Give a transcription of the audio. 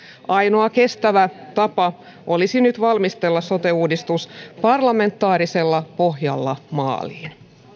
ainoa kestävä tapa olisi nyt valmistella sote uudistus parlamentaarisella pohjalla maaliin